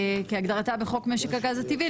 כהגדרתה בחוק משק הגז הטבעי,